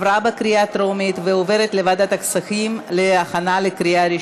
לוועדת הכספים נתקבלה.